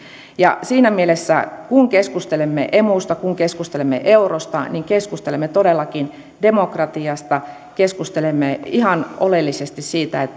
siinä mielessä kun keskustelemme emusta kun keskustelemme eurosta keskustelemme todellakin demokratiasta keskustelemme ihan oleellisesti siitä